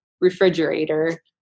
refrigerator